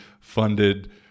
funded